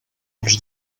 els